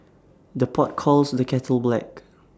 the pot calls the kettle black